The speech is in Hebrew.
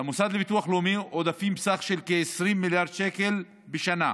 למוסד לביטוח לאומי עודפים בסך של כ-20 מיליארד שקל בשנה.